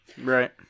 Right